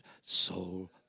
soul